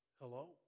Hello